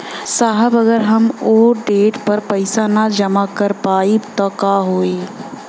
साहब अगर हम ओ देट पर पैसाना जमा कर पाइब त का होइ?